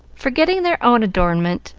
forgetting their own adornment,